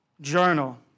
journal